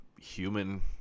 human